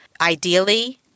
Ideally